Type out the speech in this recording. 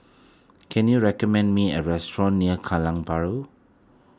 can you recommend me a restaurant near Kallang Bahru